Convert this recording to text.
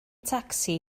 tacsi